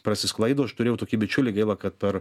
prasisklaido aš turėjau tokį bičiulį gaila kad per